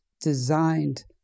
designed